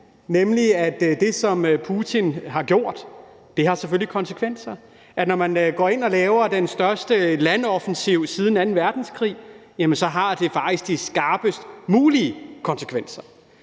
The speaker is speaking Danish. nemlig at det, som Putin har gjort, selvfølgelig har konsekvenser. Når man går ind og laver den største landoffensiv siden anden verdenskrig, jamen så har det faktisk de skarpest mulige konsekvenser.